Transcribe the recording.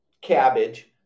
cabbage